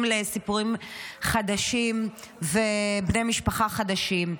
שבו אנחנו לא נחשפים לסיפורים חדשים ולבני משפחה חדשים.